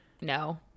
No